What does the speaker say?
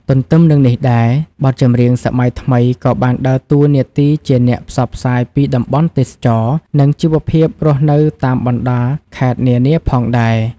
ទន្ទឹមនឹងនេះដែរ បទចម្រៀងសម័យថ្មីក៏បានដើរតួនាទីជាអ្នកផ្សព្វផ្សាយពីតំបន់ទេសចរណ៍ និងជីវភាពរស់នៅតាមបណ្ដាខេត្តនានាផងដែរ។